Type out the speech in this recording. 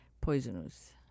poisonous